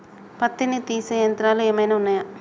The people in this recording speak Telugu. పత్తిని తీసే యంత్రాలు ఏమైనా ఉన్నయా?